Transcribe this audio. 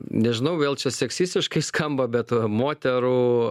nežinau gal čia seksistiškai skamba bet moterų